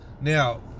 Now